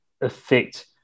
affect